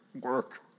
work